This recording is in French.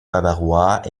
bavarois